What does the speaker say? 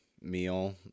meal